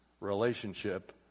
relationship